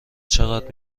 چقدر